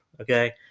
Okay